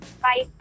Bye